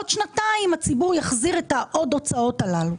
ואומרים שבעוד שנתיים הציבור יחזיר את ההוצאות האלו,